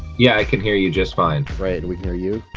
yeah, i can hear you just fine. right and we can hear you.